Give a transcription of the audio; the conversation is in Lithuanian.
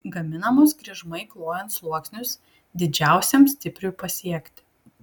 gaminamos kryžmai klojant sluoksnius didžiausiam stipriui pasiekti